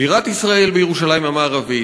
בירת ישראל בירושלים המערבית,